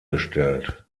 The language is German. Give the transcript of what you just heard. gestellt